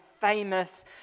famous